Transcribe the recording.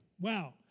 Wow